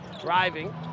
Driving